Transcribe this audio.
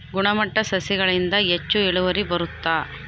ಗುಣಮಟ್ಟ ಸಸಿಗಳಿಂದ ಹೆಚ್ಚು ಇಳುವರಿ ಬರುತ್ತಾ?